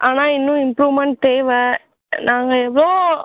ஆனால் இன்னும் இம்ப்ரூவ்மன்ட் தேவை நாங்கள் எவ்வளோ